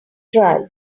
dry